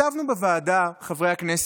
ישבנו בוועדה, חברי הכנסת,